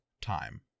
time